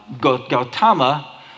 Gautama